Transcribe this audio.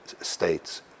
states